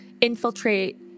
infiltrate